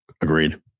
Agreed